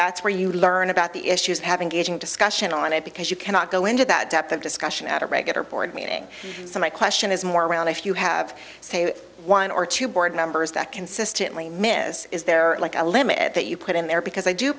that's where you learn about the issues having gauging discussion on it because you cannot go into that depth at discussion at a regular board meeting so my question is more around if you have one or two board members that consistently miss is there like a limit that you put in there because i do